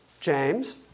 James